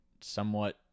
somewhat